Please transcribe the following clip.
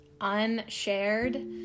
unshared